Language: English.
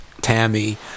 Tammy